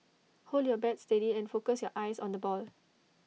hold your bat steady and focus your eyes on the ball